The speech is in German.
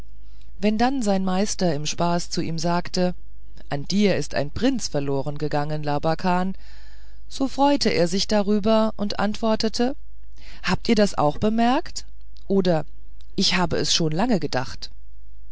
wenn dann sein meister im spaß zu ihm sagte an dir ist ein prinz verloren gegangen labakan so freute er sich darüber und antwortete habt ihr das auch bemerkt oder ich habe es schon lange gedacht